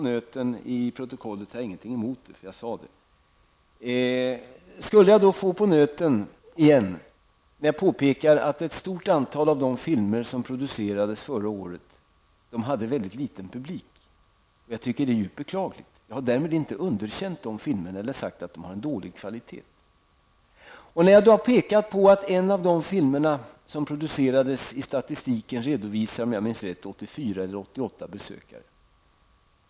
Nu får jag kanske på nöten igen när jag påpekar att ett stort antal av de filmer som producerades förra året hade mycket liten publik, och det är djupt beklagligt. Därmed har jag inte underkänt dessa filmer eller sagt att de var av dålig kvalitet. Enligt vad som kan utläsas av statistiken visades en av de filmer som producerades -- om jag minns rätt -- för 84 eller 88 besökare.